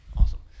Awesome